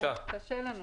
חייב ישלם את תשלום